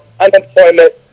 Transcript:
unemployment